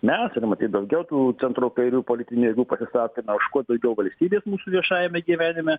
mes ir matyt daugiau tų centro kairių politinių jėgų pasisakėme už kuo daugiau valstybės mūsų viešajame gyvenime